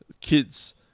kids